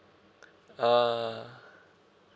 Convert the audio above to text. err